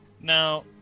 Now